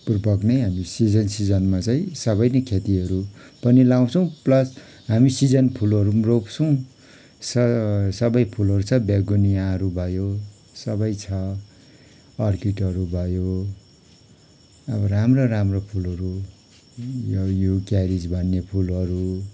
पूर्वक नै हामी सिजन सिजनमा चाहिँ सबै नै खेतीहरू पनि लाउँछौँ प्लस हामी सिजन फुलहरू पनि रोप्छौँ स सबै फुलहरू छ बेगुनियाहरू भयो सबै छ अर्किडहरू भयो अब राम्रो राम्रो फुलहरू यो युक्यारिज भन्ने फुलहरू